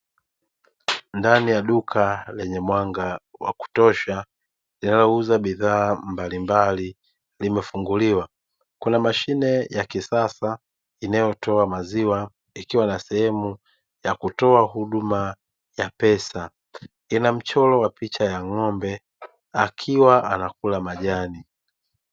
Ndani ya duka lenye mwanga wa kutosha yanayouza bidhaa mbalimbali limefunguliwa, kuna mashine ya kisasa inayotoa maziwa ikiwa na sehemu ya kutoa huduma ya pesa, ina mchoro wa picha ya ng'ombe akiwa anakula majani.